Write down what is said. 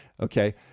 Okay